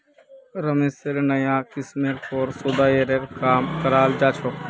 रेशमेर नाया किस्मेर पर शोध्येर काम कराल जा छ